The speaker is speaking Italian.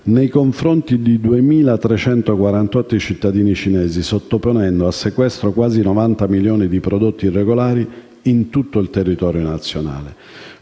nei confronti di 2.348 cittadini cinesi, sottoponendo a sequestro quasi 90 milioni di prodotti irregolari in tutto il territorio nazionale.